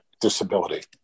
disability